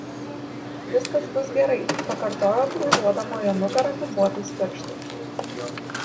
viskas bus gerai pakartojo brūžuodama jo nugarą gumbuotais pirštais